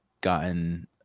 gotten